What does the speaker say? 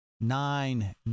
Nine